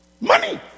Money